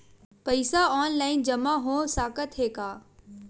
पईसा ऑनलाइन जमा हो साकत हे का?